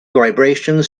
vibrations